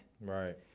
Right